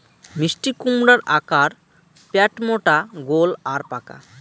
মিষ্টিকুমড়ার আকার প্যাটমোটা গোল আর পাকা